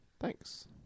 thanks